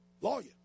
lawyer